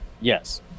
Yes